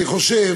אני חושב